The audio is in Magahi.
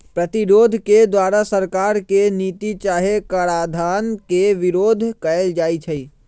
प्रतिरोध के द्वारा सरकार के नीति चाहे कराधान के विरोध कएल जाइ छइ